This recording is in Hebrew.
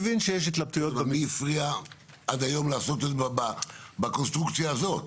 אבל מי הפריע עד היום לעשות את זה בקונסטרוקציה הזאת?